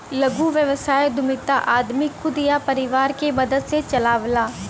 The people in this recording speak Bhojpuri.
लघु व्यवसाय उद्यमिता आदमी खुद या परिवार के मदद से चलावला